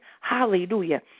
hallelujah